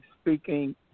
speaking